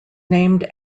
named